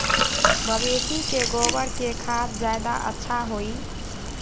मवेसी के गोबर के खाद ज्यादा अच्छा होई?